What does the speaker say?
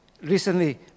recently